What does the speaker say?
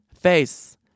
face